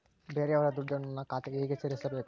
ಬೇರೆಯವರ ದುಡ್ಡನ್ನು ನನ್ನ ಖಾತೆಗೆ ಹೇಗೆ ಸೇರಿಸಬೇಕು?